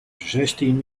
zestien